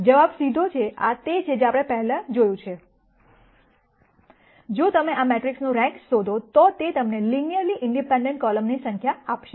જવાબ સીધો છે આ તે છે જે આપણે પહેલા જોયું છે જો તમે આ મેટ્રિક્સનો રેન્ક શોધો તો તે તમને લિનયરલી ઇન્ડિપેન્ડન્ટ કોલમની સંખ્યા આપશે